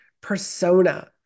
persona